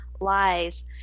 lies